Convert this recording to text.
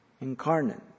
incarnate